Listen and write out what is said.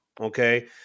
Okay